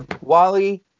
Wally